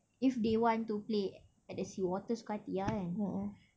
if they want to play at the seawater suka hati ah kan